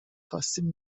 خواستیم